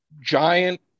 giant